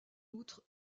outre